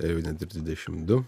ar jau net ir dvidešim du